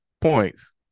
points